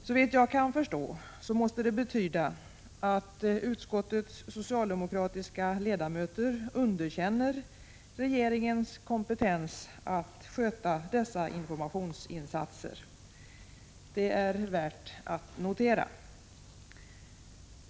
Såvitt jag kan förstå måste detta betyda att utskottets socialdemokratiska ledamöter underkänner regeringens kompetens att sköta dessa informationsinsatser. Detta är värt att notera.